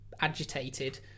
agitated